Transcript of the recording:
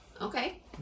Okay